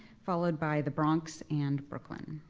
followed by the bronx and brooklyn.